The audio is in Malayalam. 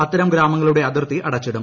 അത്തരം ഗ്രാമങ്ങളുടെ അതിർത്തി അടച്ചിടും